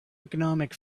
economic